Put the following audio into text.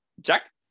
Jack